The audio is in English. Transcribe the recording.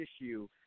issue